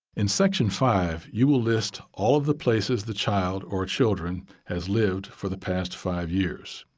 in section five, you will list all of the places the child or children has lived for the past five years.